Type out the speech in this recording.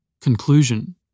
Conclusion